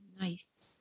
Nice